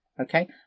Okay